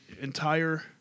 entire